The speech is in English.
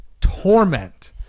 torment